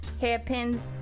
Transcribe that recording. hairpins